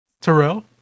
terrell